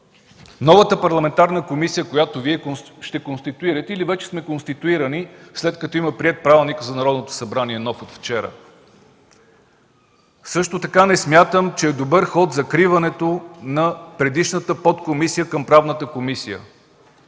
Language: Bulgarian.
новата парламентарна комисия, която Вие ще конституирате, или вече сме конституирани, след като вече има приет нов Правилник вчера. Също така не смятам, че е добър ход закриването на предишната подкомисия към Правната комисия.